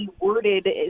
worded